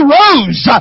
rose